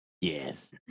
Yes